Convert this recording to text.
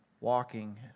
walking